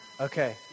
Okay